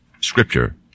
Scripture